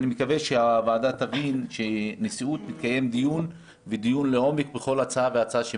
אני מקווה שהוועדה תבין שהנשיאות מקיימת דיון לעומק בכל הצעה והצעה,